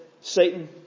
Satan